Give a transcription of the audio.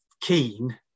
keen